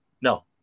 no